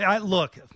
Look